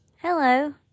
Hello